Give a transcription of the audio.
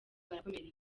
barakomereka